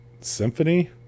symphony